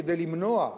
כדי למנוע,